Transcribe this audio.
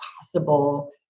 possible